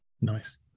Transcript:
Nice